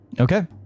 Okay